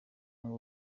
ngo